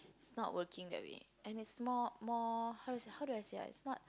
it's not working that way and it's more more how do I how do I say ah it's not